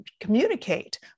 communicate